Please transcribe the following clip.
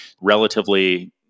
relatively